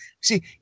see